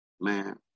man